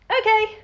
Okay